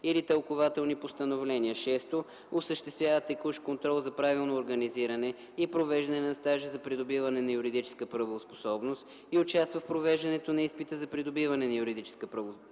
или тълкувателни постановления; 6. осъществява текущ контрол за правилно организиране и провеждане на стажа за придобиване на юридическа правоспособност и участва в провеждането на изпита за придобиване на юридическа правоспособност;